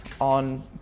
on